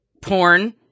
porn